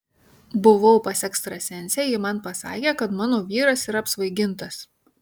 buvau pas ekstrasensę ji man pasakė kad mano vyras yra apsvaigintas